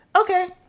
okay